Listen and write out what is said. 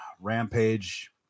rampage